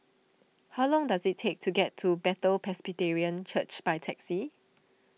how long does it take to get to Bethel Presbyterian Church by taxi